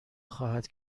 خواهد